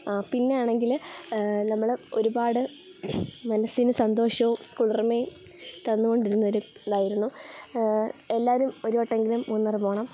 ആ പിന്നെ ആണെങ്കിൽ നമ്മൾ ഒരുപാട് മനസ്സിന് സന്തോഷവും കുളിർമയും തന്നുകൊണ്ടിരുന്നൊരു ഇതായിരുന്നു എല്ലാവരും ഒരു വട്ടം എങ്കിലും മൂന്നാർ പോവണം